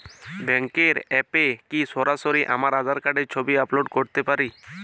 ব্যাংকের অ্যাপ এ কি সরাসরি আমার আঁধার কার্ডের ছবি আপলোড করতে পারি?